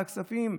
על הכספים.